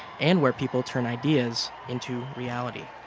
and where people turn ideas into reality.